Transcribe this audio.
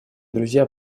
друзья